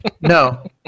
No